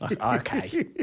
Okay